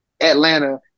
Atlanta